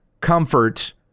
comfort